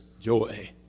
Joy